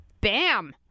Bam